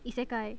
isekai